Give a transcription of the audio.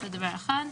זה דבר אחד.